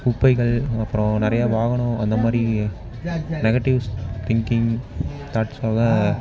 குப்பைகள் அப்புறம் நிறையா வாகனம் அந்தமாதிரி நெகட்டிவ்ஸ் திங்கிங் தாட்ஸ்னால